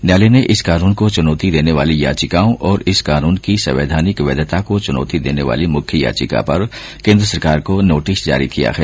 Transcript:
न्यायालय ने इस कानून को चुनौती देने वाली याचिकाओं और इस कानून की संवैधानिक वैधता को चुनौती देने वाली मुख्य याचिंका पर केन्द्र सरकार को नोटिस जारी किया है